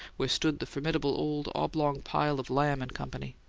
where stood the formidable old oblong pile of lamb and company.